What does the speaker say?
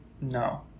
no